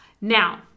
Now